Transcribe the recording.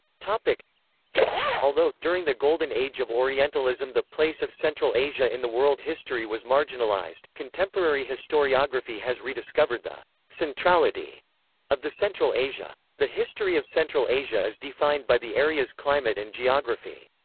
like although, during the golden age of orientalism the place of central asia in the world history was marginalized, contemporary historiography has rediscovered the centrality of the central asia. the history of central asia is defined by the area's climate and geography.